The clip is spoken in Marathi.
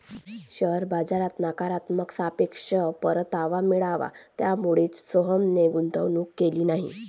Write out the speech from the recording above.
शेअर बाजारात नकारात्मक सापेक्ष परतावा मिळाला, त्यामुळेच सोहनने गुंतवणूक केली नाही